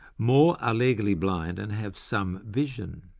more are legally blind and have some vision.